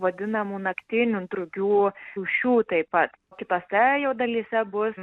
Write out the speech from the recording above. vadinamų naktinių drugių rūšių taip pat kitose jau dalyse bus